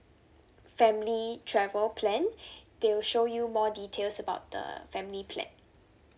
family travel plan they will show you more details about the family plan